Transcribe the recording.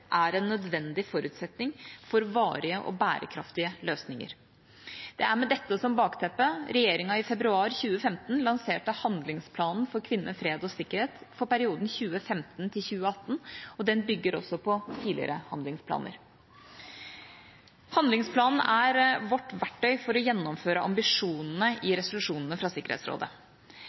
er en nødvendig forutsetning for varige og bærekraftige løsninger. Det var med dette som bakteppe regjeringa i februar 2015 lanserte handlingsplanen for kvinner, fred og sikkerhet for perioden 2015–2018, og den bygger også på tidligere handlingsplaner. Handlingsplanen er vårt verktøy for å gjennomføre ambisjonene i resolusjonene fra Sikkerhetsrådet.